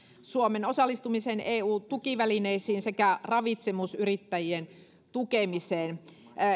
suomen osallistumiseen eu tukivälineisiin sekä ravitsemusyrittäjien tukemiseen